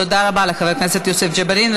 תודה רבה לחבר הכנסת יוסף ג'בארין.